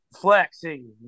Flexing